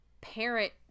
parent